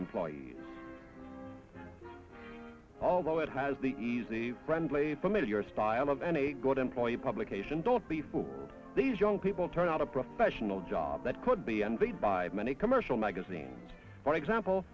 employees although it has the easy friendly familiar style of any good employee publication don't be fooled these young people turn out a professional job that could be envied by many commercial magazines for example